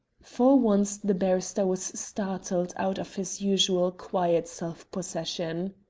for once the barrister was startled out of his usual quiet self-possession.